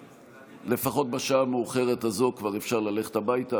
לפחות בשעה המאוחרת הזו כבר אפשר ללכת הביתה,